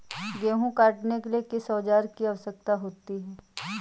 गेहूँ काटने के लिए किस औजार की आवश्यकता होती है?